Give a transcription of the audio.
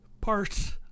parts